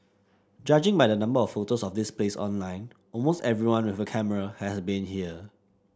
judging by the number of photos of this place online almost everyone with a camera has been here